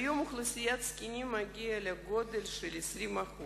היום, אוכלוסיית הזקנים מגיעה לגודל של 20%